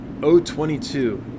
O22